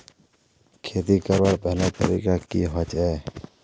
खेती करवार पहला तरीका की होचए?